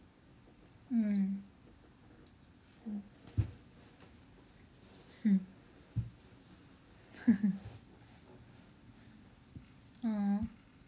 mm mm hmm orh